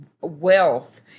wealth